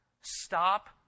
stop